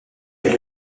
est